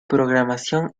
programación